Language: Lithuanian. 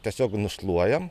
tiesiog nušluojam